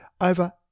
over